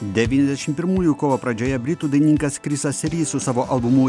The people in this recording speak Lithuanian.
devyniasdešimt pirmųjų kovo pradžioje britų dainininkas krisas ry su savo albumu